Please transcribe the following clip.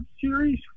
series